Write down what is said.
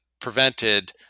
prevented